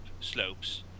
slopes